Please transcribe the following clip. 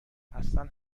اصلن